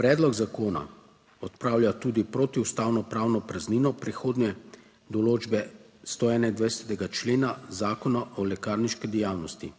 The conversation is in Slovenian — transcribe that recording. Predlog zakona odpravlja tudi protiustavno pravno praznino prehodne določbe 121. člena Zakona o lekarniški dejavnosti.